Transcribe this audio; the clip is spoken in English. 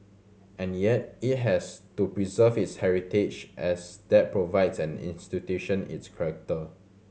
and yet it has to preserve its heritage as that provides an institution its correcter